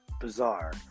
bizarre